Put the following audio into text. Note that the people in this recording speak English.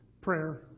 prayer